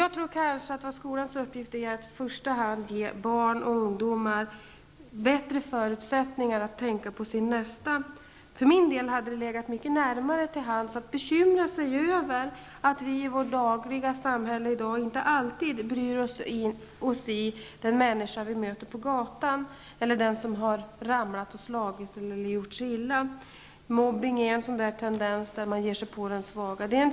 Jag tror att skolans uppgift kanske i första hand är att ge barn och ungdomar bättre förutsättningar att tänka på sin nästa. För min del hade det legat mycket närmare till hands att bekymra sig över att vi i vårt dagliga liv inte alltid bryr oss om den människa vi möter på gatan eller den som har ramlat och slagit sig och gjort sig illa. Mobbning är en tendens där man ger sig på svaga.